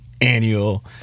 annual